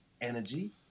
energy